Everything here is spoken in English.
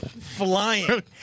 flying